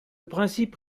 principe